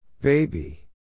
Baby